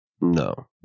No